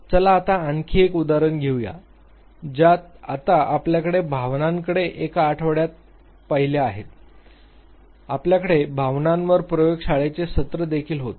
चला आता आणखी एक उदाहरण घेऊया ज्या आता आपल्याकडे भावनांकडे एका आठवड्यात पाहिल्या आहेत आमच्याकडे भावनांवर प्रयोगशाळेचे सत्र देखील होते